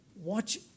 watch